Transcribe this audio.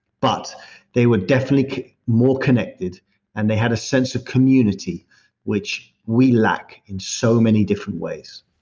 but they were definitely more connected and they had a sense of community which we lack in so many different ways